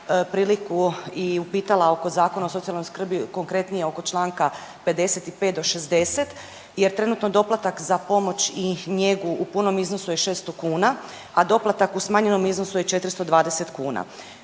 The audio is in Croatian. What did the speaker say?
priliku i upitala oko Zakona o socijalnoj skrbi, konkretnije oko članka 55. do 60. jer trenutno doplatak za pomoć i njegu u punom iznosu je 600 kuna, a doplatak u smanjenom iznosu je 420 kuna.